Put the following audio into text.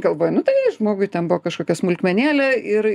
galvoji nu tai žmogui ten buvo kažkokia smulkmenėlė ir